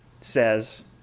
says